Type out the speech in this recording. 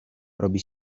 robi